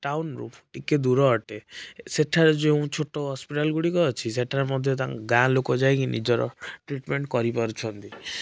ଟାଉନରୁ ଟିକିଏ ଦୂର ଅଟେ ସେଠାରେ ଯେଉଁ ଛୋଟ ହସ୍ପିଟାଲ ଗୁଡ଼ିକ ଅଛି ସେଠାରେ ମଧ୍ୟ ଗାଁଲୋକ ଯାଇକି ନିଜର ଟ୍ରିଟମେଣ୍ଟ କରିପାରୁଛନ୍ତି